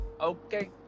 okay